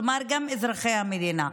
כלומר גם אזרחי המדינה.